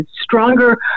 stronger